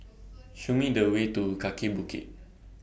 Show Me The Way to Kaki Bukit